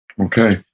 Okay